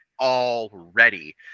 already